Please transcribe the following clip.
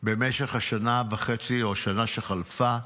במשך השנה וחצי או השנה שחלפה,